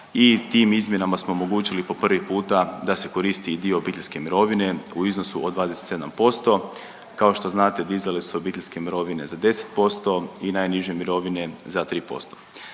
i tim izmjenama smo omogućili po prvi puta da se koristi i dio obiteljske mirovine u iznosu od 27%. Kao što znate, dizale su se obiteljske mirovine za 10% i najniže mirovine za 3%.